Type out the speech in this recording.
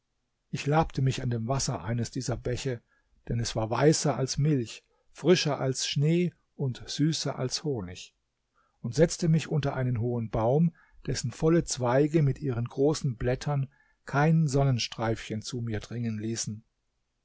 ich labte mich an dem wasser eines dieser bäche denn es war weißer als milch frischer als schnee und süßer als honig und setzte mich unter einen hohen baum dessen volle zweige mit ihren großen blättern kein sonnenstreifchen zu mir dringen ließen